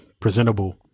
presentable